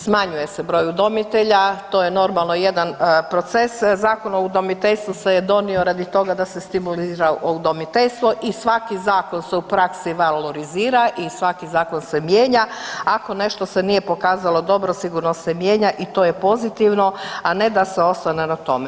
Smanjuje se broj udomitelja, to je normalno jedan proces, Zakon o udomiteljstvu se je donio radi toga da se stimulira udomiteljstvo i svaki zakon se u praksi valorizira i svaki zakon se mijenja, ako nešto se nije pokazalo dobro sigurno se mijenja i to je pozitivno, a ne da se ostane na tome.